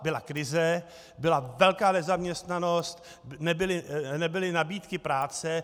Byla krize, byla velká nezaměstnanost, nebyly nabídky práce.